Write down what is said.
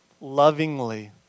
lovingly